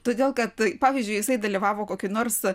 todėl kad pavyzdžiui jisai dalyvavo kokioj nors